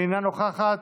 אינה נוכחת,